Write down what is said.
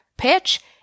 pitch